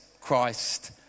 Christ